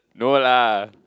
no lah